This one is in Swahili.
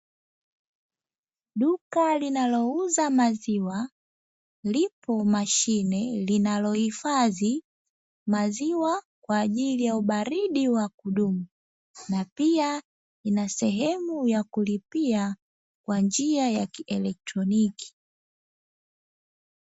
Duka linalouza maziwa lipo mashine linalohifadhi maziwa kwa ajili ya ubaridi wa kudumu na pia ina sehemu ya kulipia kwa njia ya kielektroniki.